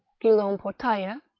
guillaume portayer,